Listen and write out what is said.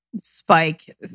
spike